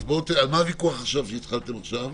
על מה הוויכוח שהתחלתם עכשיו?